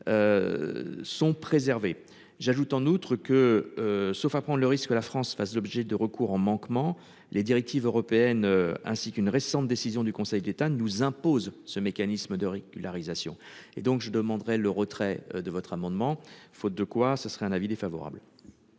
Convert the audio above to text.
Sont préservés. J'ajoute en outre que sauf à prendre le risque que la France fasse l'objet de recours en manquement les directives européennes, ainsi qu'une récente décision du Conseil d'État ne nous impose ce mécanisme de régularisation et donc je demanderai le retrait de votre amendement, faute de quoi, ce serait un avis défavorable.--